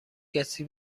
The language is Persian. کسی